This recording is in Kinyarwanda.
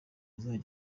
azajya